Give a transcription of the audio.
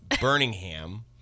Birmingham